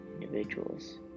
individuals